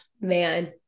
man